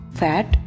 fat